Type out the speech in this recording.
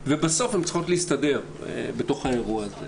ובסוף הם צריכים להסתדר בתוך האירוע הזה.